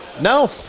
no